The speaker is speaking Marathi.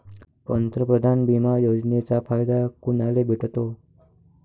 पंतप्रधान बिमा योजनेचा फायदा कुनाले भेटतो?